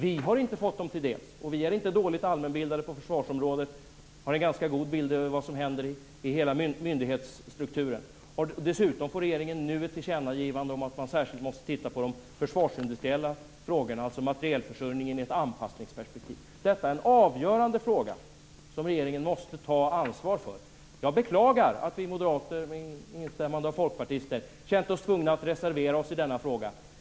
Vi har inte fått dem till dels. Vi är inte dåligt allmänbildade på försvarsområdet. Vi har en ganska god bild över vad som händer i hela myndighetsstrukturen. Dessutom får regeringen nu ett tillkännagivande om att man särskilt måste se på de försvarsindustriella frågorna, alltså materielförsörjningen i ett anpassningsperspektiv. Detta är en avgörande fråga som regeringen måste ta ansvar för. Jag beklagar att vi moderater - med instämmanden av folkpartister - känt oss tvungna att reservera oss i denna fråga.